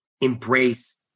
embrace